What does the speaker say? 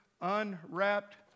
unwrapped